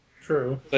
True